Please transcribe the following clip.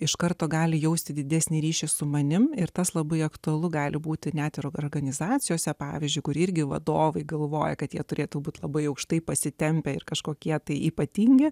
iš karto gali jausti didesnį ryšį su manimi ir tas labai aktualu gali būti net organizacijose pavyzdžiui kuri irgi vadovai galvoja kad jie turėtų būti labai aukštai pasitempę ir kažkokie tai ypatingi